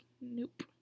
Nope